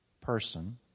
person